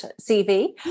CV